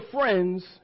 friends